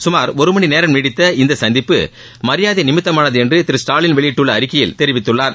சுமார் ஒரு மணி நேரம் நீடித்த இந்த சந்திப்பு மரியாதை நிமித்தமானது என்று திரு ஸ்டாலின் வெளியிட்டுள்ள அறிக்கையில் தெரிவித்துள்ளார்